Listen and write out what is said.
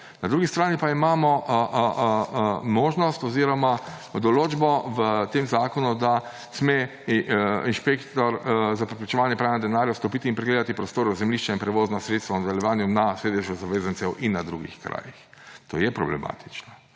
Na drugi strani pa imamo možnost oziroma določbo v tem zakonu, da sme inšpektor za preprečevanje pranja denarja »vstopiti in pregledati prostore, zemljišča in prevozna sredstva (v nadaljnjem besedilu: prostori) na sedežu zavezancev in na drugem kraju«. To je problematično.